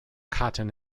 cotton